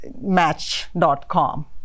match.com